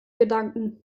gedanken